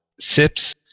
Sips